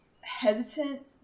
hesitant